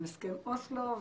עם הסכם אוסלו,